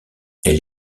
elle